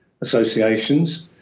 associations